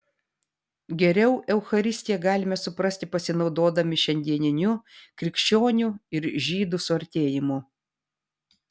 geriau eucharistiją galime suprasti pasinaudodami šiandieniniu krikščionių ir žydų suartėjimu